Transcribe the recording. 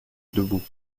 debout